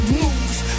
moves